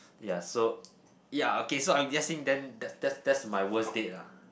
ya so ya okay so I'm guessing then that that that's my worst date lah